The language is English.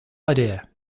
idea